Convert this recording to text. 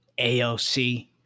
AOC